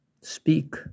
Speak